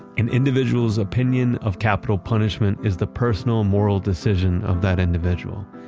an individuals opinion of capital punishment is the personal moral decision of that individual.